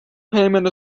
payment